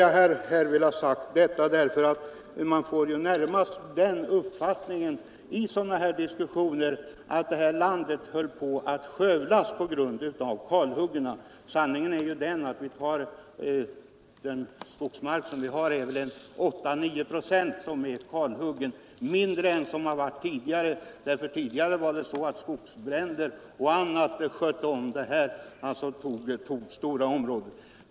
Jag har velat anföra detta därför att man närmast får den uppfattningen i sådana här diskussioner, att detta land håller på att skövlas på grund av kalhuggningarna. Sanningen är ju den att 8—9 procent av skogsmarken är kalhuggen, alltså mindre än tidigare då skogsbränder och annat skövlade stora områden.